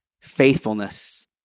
faithfulness